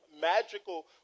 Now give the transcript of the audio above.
magical